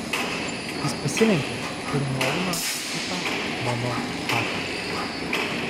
jis pasilenkia ir nuauna kitą mano batą